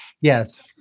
Yes